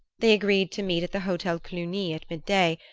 they agreed to meet at the hotel cluny at mid-day,